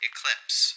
Eclipse